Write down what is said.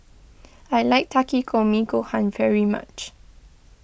I like Takikomi Gohan very much